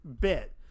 bit